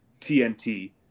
TNT